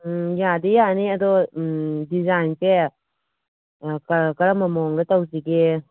ꯌꯥꯗꯤ ꯌꯥꯅꯤ ꯑꯗꯣ ꯗꯤꯖꯥꯏꯟꯁꯦ ꯀꯔꯝꯕ ꯃꯑꯣꯡꯗ ꯇꯧꯁꯤꯒꯦ